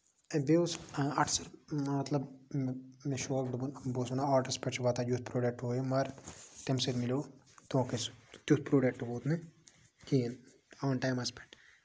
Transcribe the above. بیٚیہِ اوس مطلب مےٚ شوق بہٕ اوسُس ونان آڈرَس پٮ۪ٹھ چھُ واتان یَتُھ پروڈَکٹ ہُہ یہِ مگر تَمہِ سۭتۍ مِلیو دۄنکھٕے تیُتھ پروڈَکٹ ووت نہٕ کِہینۍ اون ٹایمَس پٮ۪ٹھ